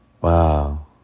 Wow